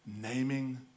naming